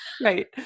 right